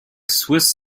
swiss